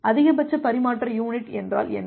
எனவே அதிகபட்ச பரிமாற்ற யுனிட் என்றால் என்ன